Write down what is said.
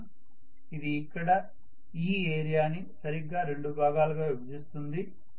ఇంకా ఇది ఇక్కడ ఈ ఏరియాని సరిగ్గా రెండు భాగాలుగా విభజిస్తుంది